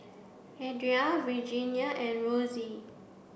Adria Virgia and Rosie